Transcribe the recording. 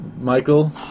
Michael